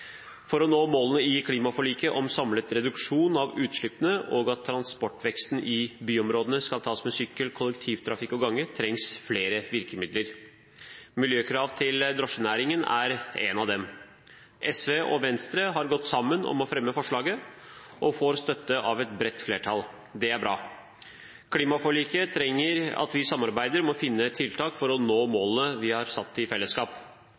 For å nå målene i klimaforliket om samlet reduksjon av utslippene og at transportveksten i byområdene skal tas med sykkel, kollektivtrafikk og gange, trengs det flere virkemidler. Miljøkrav til drosjenæringen er et av dem. SV og Venstre har gått sammen om å fremme forslaget, og det får støtte av et bredt flertall. Det er bra. Klimaforliket trenger at vi samarbeider for å finne tiltak for å nå målene vi har satt i fellesskap.